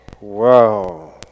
Wow